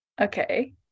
okay